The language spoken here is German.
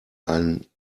einen